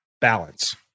balance